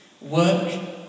Work